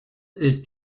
ist